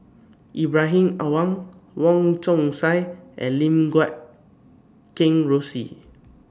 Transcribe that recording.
Ibrahim Awang Wong Chong Sai and Lim Guat Kheng Rosie